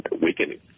weakening